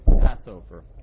Passover